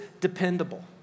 dependable